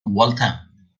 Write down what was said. waltham